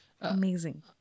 amazing